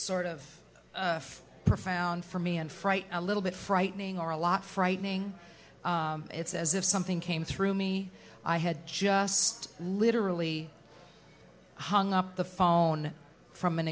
sort of profound for me and fright a little bit frightening or a lot frightening it's as if something came through me i had just literally hung up the phone from an